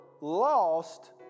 lost